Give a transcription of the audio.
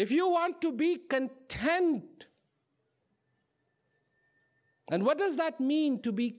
if you want to be content and what does that mean to be